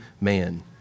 man